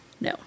No